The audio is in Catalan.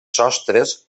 sostres